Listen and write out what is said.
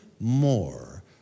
more